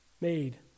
made